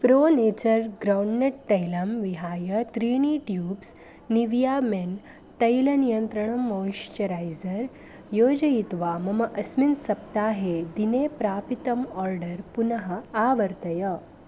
Pro Nature groundnut तैलं विहाय त्रीणि ट्यूब्स् निविया मेन् तैलनियन्त्रणं मोंश्चरैसर् योजयित्वा मम अस्मिन् सप्ताहे दिने प्रापितम् आर्डर् पुनः आवर्तय